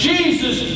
Jesus